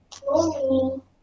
Hello